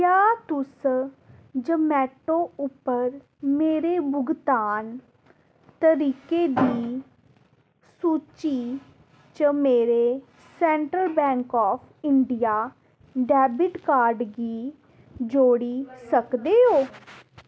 क्या तुस ज़ोमैटो उप्पर मेरे भुगतान तरीकें दी सूची च मेरे central bank of India debit card गी जोड़ी सकदे ओ